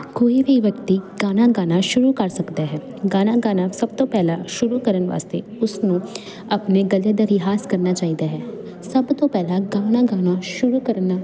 ਕੋਈ ਵੀ ਵਿਅਕਤੀ ਗਾਣਾ ਗਾਉਣਾ ਸ਼ੁਰੂ ਕਰ ਸਕਦਾ ਹੈ ਗਾਣਾ ਗਾਉਣਾ ਸਭ ਤੋਂ ਪਹਿਲਾਂ ਸ਼ੁਰੂ ਕਰਨ ਵਾਸਤੇ ਉਸਨੂੰ ਆਪਣੇ ਗਲੇ ਦਾ ਰਿਆਜ਼ ਕਰਨਾ ਚਾਹੀਦਾ ਹੈ ਸਭ ਤੋਂ ਪਹਿਲਾਂ ਗਾਣਾ ਗਾਉਣਾ ਸ਼ੁਰੂ ਕਰਨ